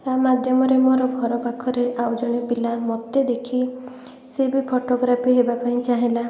ତା ମାଧ୍ୟମରେ ମୋର ଘର ପାଖରେ ଆଉ ଜଣେ ପିଲା ମତେ ଦେଖି ସେ ବି ଫୋଟୋଗ୍ରାଫି ହେବା ପାଇଁ ଚାହିଁଲା